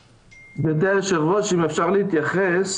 גבירתי היו"ר אם אפשר להתייחס.